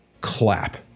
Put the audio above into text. Clap